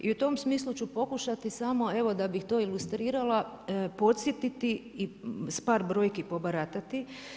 I u tom smislu ću pokušati samo da bih to ilustrirala podsjetiti sa par brojki pobaratati.